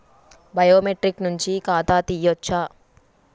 Biometric నుంచి ఖాతా తీయచ్చా?